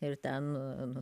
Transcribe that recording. ir ten